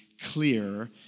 clear